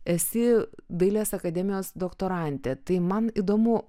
esi dailės akademijos doktorantė tai man įdomu